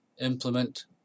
implement